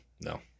No